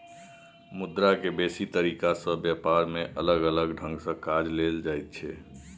मुद्रा के बेसी तरीका से ब्यापार में अलग अलग ढंग से काज लेल जाइत छै